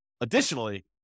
additionally